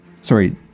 sorry